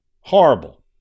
horrible